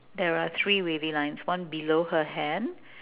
there are three wavy lines one below her hand